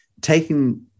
taking